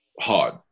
hard